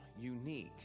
unique